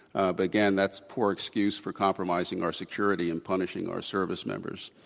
again, that's poor excuse for compromising our security and punishing our service members.